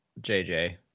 JJ